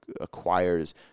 acquires